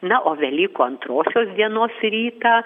na o velykų antrosios dienos rytą